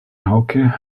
hauke